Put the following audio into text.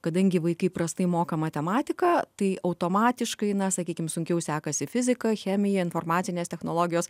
kadangi vaikai prastai moka matematiką tai automatiškai na sakykim sunkiau sekasi fizika chemija informacinės technologijos